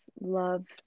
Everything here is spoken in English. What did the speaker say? love